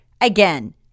again